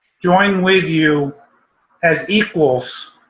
join with you as equals.